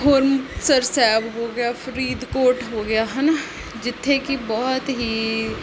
ਹੋਰ ਮੁਕਤਸਰ ਸਾਹਿਬ ਹੋ ਗਿਆ ਫਰੀਦਕੋਟ ਹੋ ਗਿਆ ਹੈ ਨਾ ਜਿੱਥੇ ਕਿ ਬਹੁਤ ਹੀ